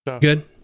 Good